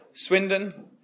Swindon